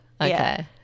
okay